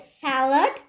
salad